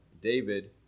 David